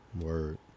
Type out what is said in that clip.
Word